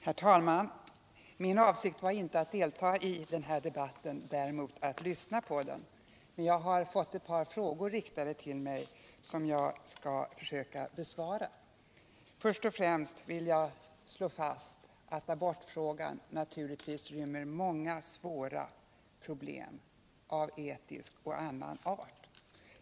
Herr talman! Min avsikt var inte att delta i den här debatten — däremot att lyssna på den. Men jag har fått ett par frågor riktade till mig, och jag skall försöka besvara dem. Först och främst vill jag slå fast att abortfrågan naturligtvis rymmer många svåra problem av etisk och annan art.